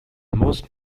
most